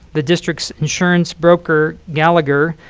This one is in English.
the district's insurance broker, gallagher,